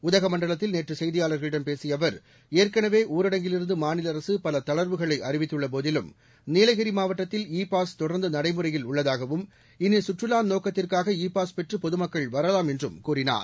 உதகமண்டலத்தில் நேற்று செய்தியாளர்களிடம் பேசிய அவர் ஏற்கனவே ஊரடங்கிலிருந்து மாநில அரசு பல தளர்வுகளை அறிவித்துள்ள போதிலும் நீலகிரி மாவட்டத்தில் இ பாஸ் தொடர்ந்து நடைமுறையில் உள்ளதாகவும் இனி கற்றுவா நோக்கத்திற்காக இ பாஸ் பெற்று பொதுமக்கள் வரலாம் என்றும் கூறினார்